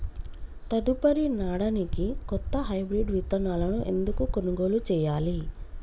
తదుపరి నాడనికి కొత్త హైబ్రిడ్ విత్తనాలను ఎందుకు కొనుగోలు చెయ్యాలి?